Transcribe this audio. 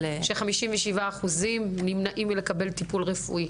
ש-57% נמנעים מלקבל טיפול רפואי.